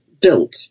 built